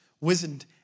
wizened